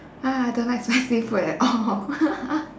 ah I don't like spicy food at all